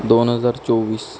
दोन हजार चोवीस